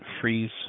freeze